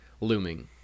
looming